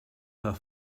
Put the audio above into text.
paar